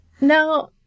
Now